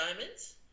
diamonds